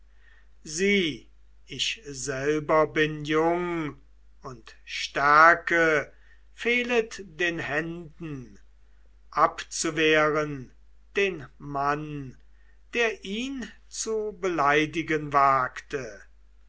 sieh ich selber bin jung und stärke fehlet den händen abzuwehren den mann der ihn zu beleidigen wagte